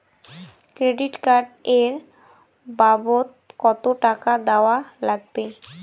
Credit card এর বাবদ কতো টাকা দেওয়া লাগবে?